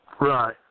Right